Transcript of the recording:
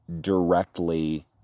directly